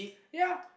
ya